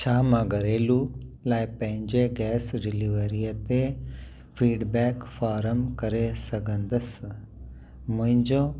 छा मां घरेलू लाइ पंहिंजे गैस डिलेवरी ते फ़ीडबैक फ़ारम करे सघंदसि मुंहिंजो